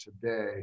today